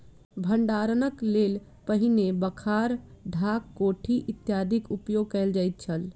भंडारणक लेल पहिने बखार, ढाक, कोठी इत्यादिक उपयोग कयल जाइत छल